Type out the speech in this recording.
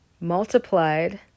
multiplied